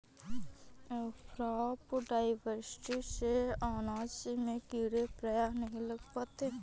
crop diversity से अनाज में कीड़े प्रायः नहीं लग पाते हैं